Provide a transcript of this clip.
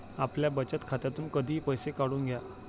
आपल्या बचत खात्यातून कधीही पैसे काढून घ्या